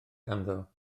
ganddo